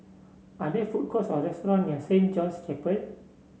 are there food courts or restaurants near Saint John's Chapel